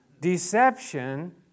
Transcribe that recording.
deception